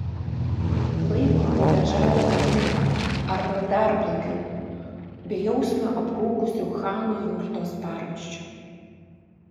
laiko bežade būtybe arba dar blogiau bejausmiu aprūkusiu chano jurtos paramsčiu